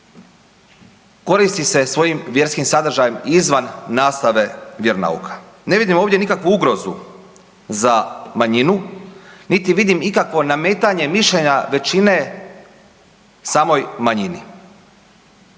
koristi se svojim vjerskim sadržajem izvan nastave vjeronauka. Ne vidim ovdje nikakvu ugrozu za manjinu, niti vidim ikakvo nametanje mišljenja većine samoj manjini.